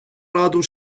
раду